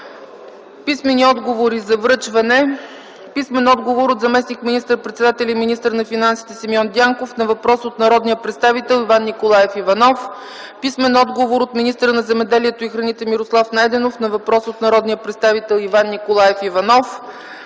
Писмени отговори за връчване: - от заместник министър-председателя и министър на финансите Симеон Дянков на въпрос от народния представител Иван Николаев Иванов; - от министъра на земеделието и храните Мирослав Найденов на въпрос от народния представител Иван Николаев Иванов;